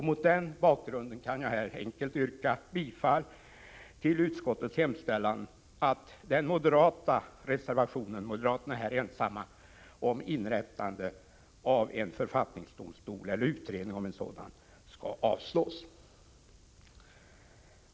Mot den bakgrunden kan jag enkelt yrka bifall till utskottets hemställan, att den moderata reservationen — moderaterna är ensamma — om inrättande av eller utredning om en författningsdomstol skall avslås.